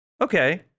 Okay